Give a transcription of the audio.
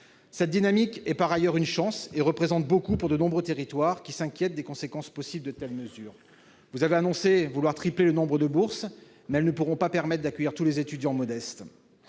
Cette dynamique est par ailleurs une chance et représente beaucoup pour de nombreux territoires, qui s'inquiètent des conséquences possibles d'une telle mesure. Vous avez annoncé vouloir tripler le nombre de bourses, mais elles ne pourront pas permettre d'accueillir tous les étudiants modestes,